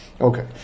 Okay